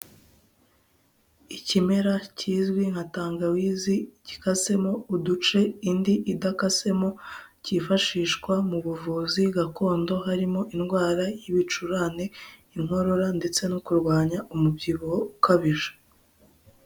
Ikimera kizwi nka tangawizi gikasemo uduce, indi idakasemo kifashiswa mu buvuzi gakondo harimo indwara y’ ibicurane, inkorora ndetse no kurwanya umubyibuho ukabije.